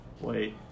Wait